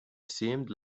seemed